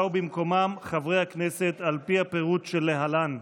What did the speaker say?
באו במקומם חברי הכנסת, על פי הפירוט שלהלן: